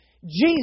Jesus